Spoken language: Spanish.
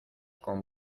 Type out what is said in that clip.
con